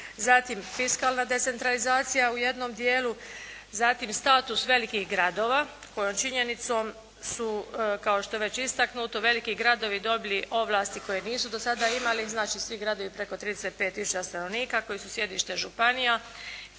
Zatim, fiskalna decentralizacija u jednom dijelu. Zatim, status velikih gradova kojom činjenicom su kao što je već istaknuto veliki gradovi dobili ovlasti koje nisu do sada imali. Znači, svi gradovi preko 35000 stanovnika koji su sjedište županija